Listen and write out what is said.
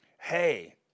hey